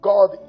God